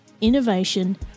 innovation